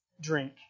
drink